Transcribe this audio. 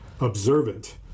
observant